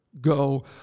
go